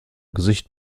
gesicht